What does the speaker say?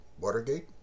Watergate